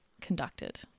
conducted